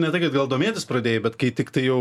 ne tai kad gal domėtis pradėjai bet kai tiktai jau